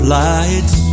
lights